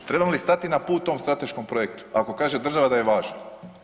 Trebam li stati na put tom strateškom projektu ako kaže država da je važan?